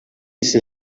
esse